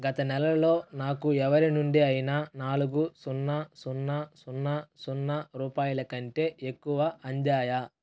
గత నెలలో నాకు ఎవరి నుండి అయినా నాలుగు సున్నా సున్నా సున్నా సున్నా రూపాయల కంటే ఎక్కువ అందాయా